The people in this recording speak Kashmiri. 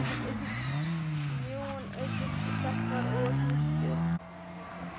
أزیُک أزیُک میون أزِیُک سفر اُوس مُشکل